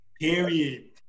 period